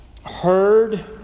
Heard